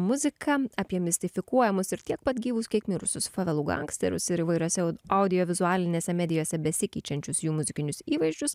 muzika apie mistifikuojamus ir tiek pat gyvus kiek mirusius favelų gangsterius ir įvairiose audiovizualinėse medijose besikeičiančius jų muzikinius įvaizdžius